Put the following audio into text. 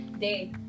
Day